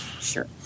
Sure